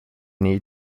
need